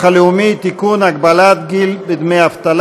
נתקבלה.